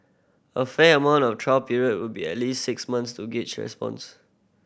a fair amount of trial period would be at least six months to gauge response